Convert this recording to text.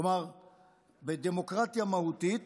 כלומר בדמוקרטיה מהותית